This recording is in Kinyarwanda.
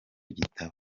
gitabo